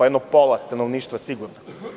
Jedno pola stanovništva sigurno.